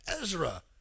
Ezra